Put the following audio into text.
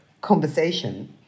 conversation